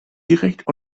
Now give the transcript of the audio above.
direkt